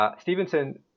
Stevenson